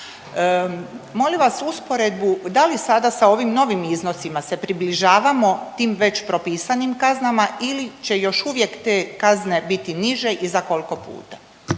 Molim vas usporedbu da li sada sa ovim novim iznosima se približavamo tim već propisanim kaznama ili će još uvijek te kazne biti niže i za kolko puta?